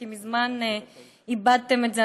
כי מזמן איבדתם את זה.